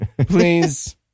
please